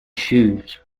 shoes